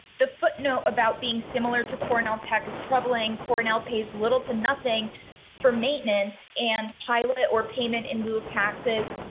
the footnote about being similar to cornell tech is troubling. cornell pays little to nothing for maintenance and pilot or payment in lieu of taxes.